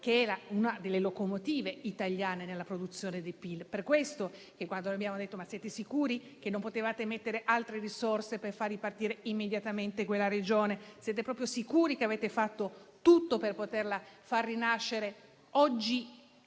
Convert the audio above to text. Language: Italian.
che era una delle locomotive italiane nella produzione di PIL. Per questo abbiamo chiesto se eravate sicuri di non poter mettere altre risorse per far ripartire immediatamente quella Regione e se eravate proprio sicuri di aver fatto tutto per poterla far rinascere. Oggi